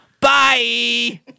Bye